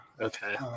okay